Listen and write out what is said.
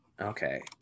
Okay